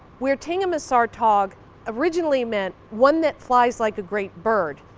where tingmissartoq originally meant one that flies like a great bird,